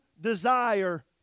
desire